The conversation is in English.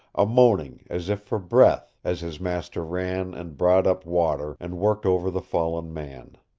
a moaning as if for breath, as his master ran and brought up water, and worked over the fallen man.